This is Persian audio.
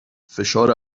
فشار